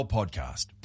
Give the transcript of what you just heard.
Podcast